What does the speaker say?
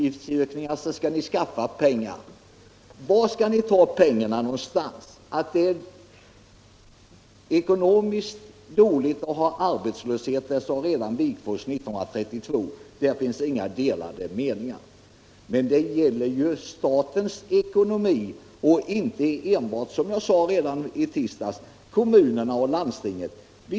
Men var skall ni då ta de pengarna? Att det är dålig ekonomi att ha människor gående arbetslösa är någonting som redan Wigforss sade 1932. Där råder det väl inga delade meningar. Men som jag sade redan i tisdagsdebatten gäller det här inte bara statens utan också kommunernas och landstingens ekonomi.